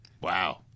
Wow